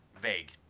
Vague